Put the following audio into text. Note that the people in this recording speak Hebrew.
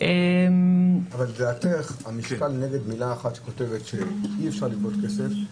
אבל כנגד מילה אחת שאומרת שאי אפשר לגבות כסף,